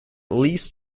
least